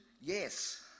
yes